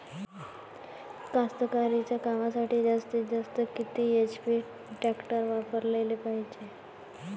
कास्तकारीच्या कामासाठी जास्तीत जास्त किती एच.पी टॅक्टर वापराले पायजे?